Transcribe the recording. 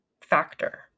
factor